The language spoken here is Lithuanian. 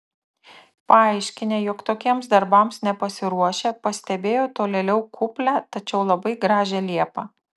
paaiškinę jog tokiems darbams nepasiruošę pastebėjo tolėliau kuplią tačiau labai gražią liepą